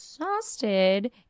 Exhausted